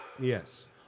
Yes